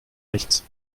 nichts